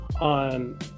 on